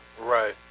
Right